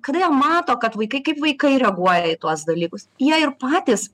kada jie mato kad vaikai kaip vaikai reaguoja į tuos dalykus jie ir patys